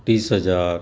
तीस हजार